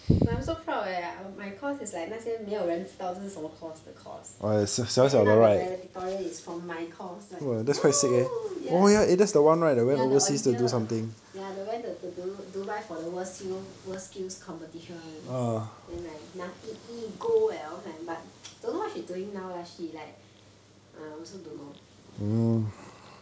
but I'm so proud leh my course is like 那些没有人知道这是什么 course 的 course then end up the valedictorian is from my course like !woo! ya ya the olivia ya they went to du~ dubai for the worl~ skill world skills competition [one] then like 拿第一 gold leh but don't know what she doing now leh she like ah also don't know